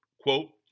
Quote